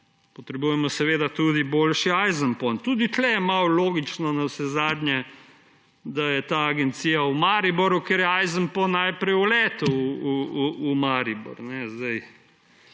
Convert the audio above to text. Potrebujemo seveda tudi boljši ajzenpon. Tudi tukaj je malo logično navsezadnje, da je ta agencija v Mariboru, ker je ajzenpon najprej uletel v Maribor.